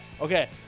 Okay